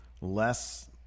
Less